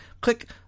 click